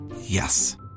Yes